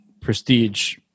prestige